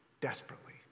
desperately